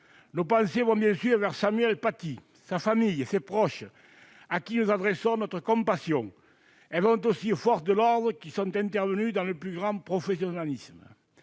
Nos pensées vont bien sûr vers Samuel Paty, à sa famille et à ses proches, à qui nous adressons notre compassion. Elles vont aussi aux forces de l'ordre, qui sont intervenues dans le plus grand professionnalisme.